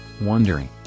wondering